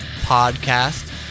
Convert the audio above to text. Podcast